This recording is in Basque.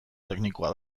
teknikoa